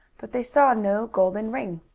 but they saw no golden ring.